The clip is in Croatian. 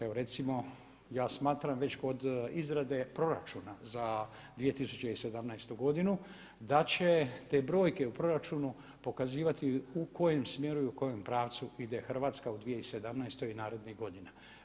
Evo recimo ja smatram već kod izrade Proračuna za 2017. godinu da će te brojke u proračunu pokazivati u kojem smjeru i u kojem pravcu ide Hrvatska u 2017. i narednih godina.